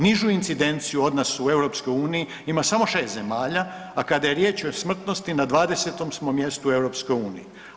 Nižu incidenciju od nas u EU ima samo 6 zemalja a kada je riječ o smrtnosti, na 20. smo mjestu EU-a.